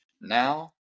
now